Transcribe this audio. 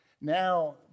now